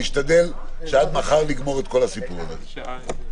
נשתדל עד מחר לגמור את כל הסיפור הזה,